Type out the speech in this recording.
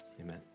Amen